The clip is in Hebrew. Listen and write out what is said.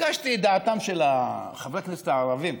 ביקשתי את דעתם של חברי הכנסת הערבים.